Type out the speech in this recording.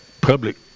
public